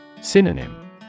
Synonym